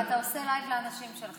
ואתה עושה לייב לאנשים שלך.